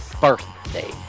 birthday